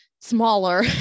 smaller